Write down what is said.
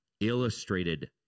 Illustrated